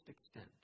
extent